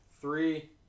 three